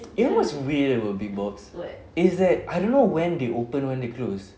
you know what's weird about big box is that I don't know when they open when they close